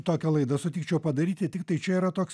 tokią laidą sutikčiau padaryti tiktai čia yra toks